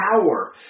power